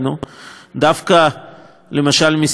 דווקא מסיעת יש עתיד,